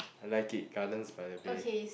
I like it Gardens-by-the-Bay